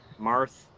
Marth